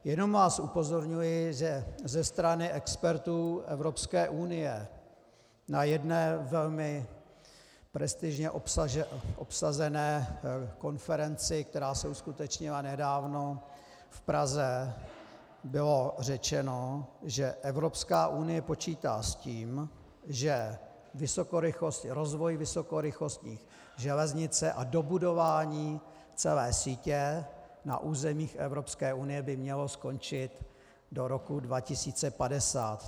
Jenom vás upozorňuji, že ze strany expertů Evropské unie na jedné velmi prestižně obsazené konferenci, která se uskutečnila nedávno v Praze, bylo řečeno, že Evropská unie počítá s tím, že rozvoj vysokorychlostní železnice a dobudování celé sítě na územích Evropské unie by mělo skončit do roku 2050.